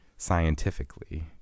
scientifically